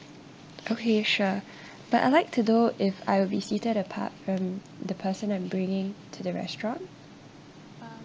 okay sure but I'd like to know if I'll be seated apart from the person I'm bringing to the restaurant